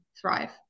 thrive